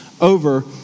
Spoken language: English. over